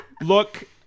Look